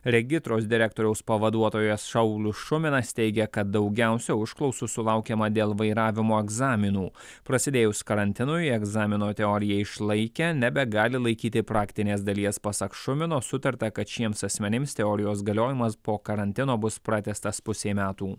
regitros direktoriaus pavaduotojas saulius šuminas teigia kad daugiausia užklausų sulaukiama dėl vairavimo egzaminų prasidėjus karantinui egzamino teoriją išlaikę nebegali laikyti praktinės dalies pasak šumino sutarta kad šiems asmenims teorijos galiojimas po karantino bus pratęstas pusei metų